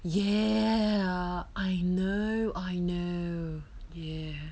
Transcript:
ya I know I know ya